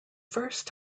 first